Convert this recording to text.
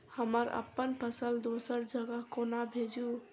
हम अप्पन फसल दोसर जगह कोना भेजू?